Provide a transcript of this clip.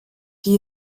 die